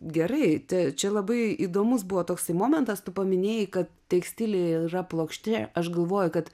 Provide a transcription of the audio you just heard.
gerai tai čia labai įdomus buvo toksai momentas tu paminėjai kad tekstilė yra plokšti aš galvoju kad